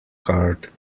card